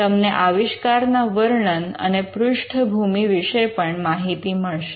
તેને તમે domain article કહી શકો છો જે તમને એ ક્ષેત્ર ને સમજવામાં મદદ કરે